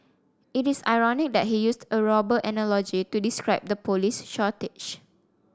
it is ironic that he used a robber analogy to describe the police shortage